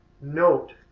note